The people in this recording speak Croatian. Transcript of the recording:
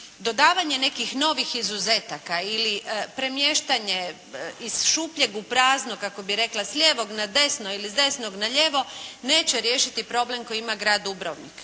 Dodavanje nekih novih izuzetaka ili premještanje iz šupljeg u prazno kako bi rekla s lijevog na desno ili s desnog na lijevo neće riješiti problem koji ima grad Dubrovnik.